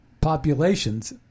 populations